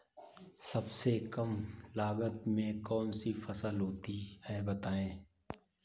सबसे कम लागत में कौन सी फसल होती है बताएँ?